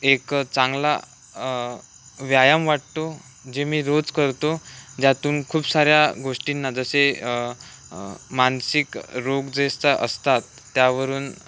एक चांगला व्यायाम वाटतो जे मी रोज करतो ज्यातून खूप साऱ्या गोष्टींना जसे मानसिक रोग जेचा असतात त्यावरून